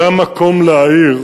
זה המקום להעיר,